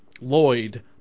Lloyd